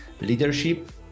leadership